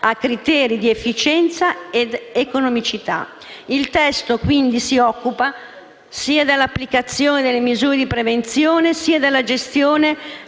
a criteri di efficienza ed economicità. Il testo, quindi, si occupa sia dell'applicazione delle misure di prevenzione sia della gestione